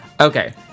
okay